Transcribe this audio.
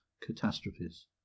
catastrophes